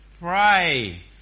Pray